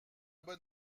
bon